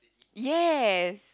yes